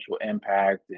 impact